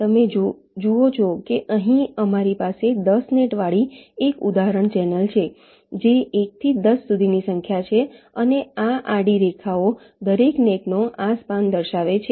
તમે જુઓ છો કે અહીં અમારી પાસે 10 નેટવાળી એક ઉદાહરણ ચેનલ છે જે 1 થી 10 સુધીની સંખ્યા છે અને આ આડી રેખાઓ દરેક નેટનો આ સ્પાન દર્શાવે છે